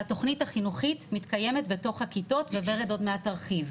והתכנית החינוכית מתקיימת בתוך הכיתות וורד עוד מעט תרחיב.